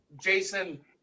Jason